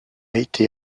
été